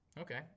Okay